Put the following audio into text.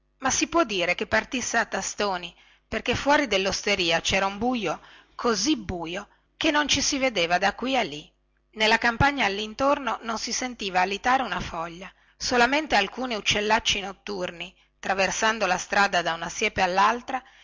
ma si può dire che partisse a tastoni perché fuori dellosteria cera un buio così buio che non ci si vedeva da qui a lì nella campagna allintorno non si sentiva alitare una foglia solamente alcuni uccellacci notturni traversando la strada da una siepe allaltra